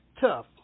tough